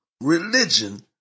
religion